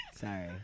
sorry